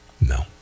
No